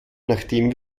nachdem